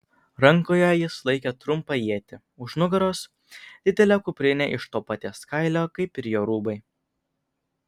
rankoje jis laikė trumpą ietį už nugaros didelė kuprinė iš to paties kailio kaip ir jo rūbai